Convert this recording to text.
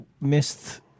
missed